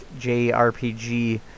JRPG